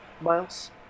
Miles